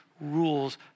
rules